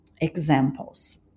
examples